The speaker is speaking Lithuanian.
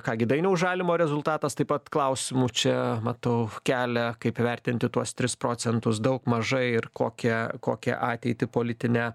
ką gi dainiaus žalimo rezultatas taip pat klausimų čia matau kelią kaip vertinti tuos tris procentus daug mažai ir kokią kokią ateitį politinę